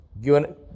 given